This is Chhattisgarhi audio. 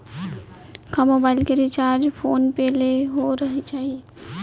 का मोबाइल के रिचार्ज फोन पे ले हो जाही?